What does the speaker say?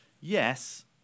yes